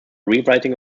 rewriting